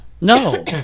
No